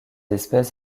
espèce